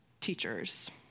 teachers